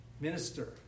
minister